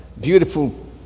beautiful